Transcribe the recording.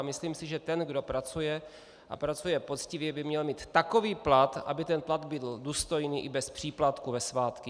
Myslím si, že ten, kdo pracuje a pracuje poctivě, by měl mít takový plat, aby ten plat byl důstojný i bez příplatků ve svátky.